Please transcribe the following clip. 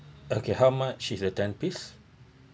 okay how much is the ten piece